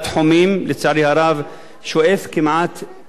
לצערי הרב שואפת כמעט לאפס,